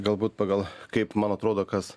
galbūt pagal kaip man atrodo kas